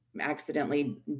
accidentally